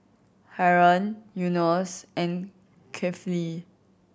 Haron Yunos and Kefli